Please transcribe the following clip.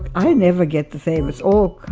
i never get the fame. it's all,